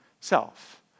self